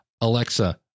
Alexa